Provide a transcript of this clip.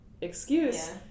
excuse